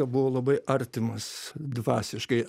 buvo labai artimas dvasiškai